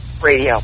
Radio